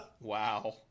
Wow